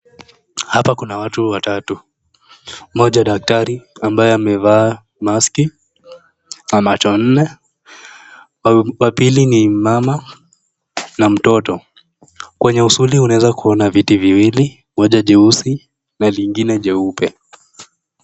Hapa kuna watu watatu mmoja daktari ambaye amevaa maski na macho nne wa pili ni mama na mtoto kwenye usuli unaeza kuona viti viwili moja jeusi na lingine jeupe.